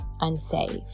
unsafe